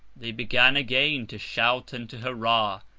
they began again to shout and to hurrah,